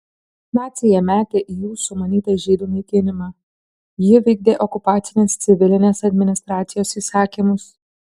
naciai ją metė į jų sumanytą žydų naikinimą ji vykdė okupacinės civilinės administracijos įsakymus